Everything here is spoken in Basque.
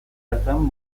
hartan